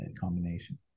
combination